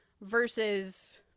versus